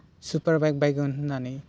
super bike बायगोन होन्नानै